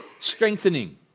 strengthening